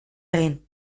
egin